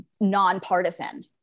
nonpartisan